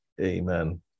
Amen